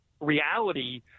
reality